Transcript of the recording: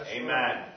Amen